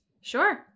Sure